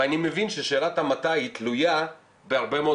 ואני מבין ששאלת המתי תלויה בהרבה מאוד